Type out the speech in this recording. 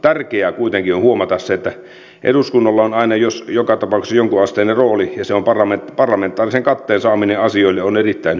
tärkeää kuitenkin on huomata se että eduskunnalla on aina joka tapauksessa jonkunasteinen rooli ja sen parlamentaarisen katteen saaminen asioille on erittäin hyvä asia